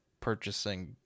purchasing